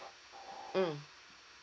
mm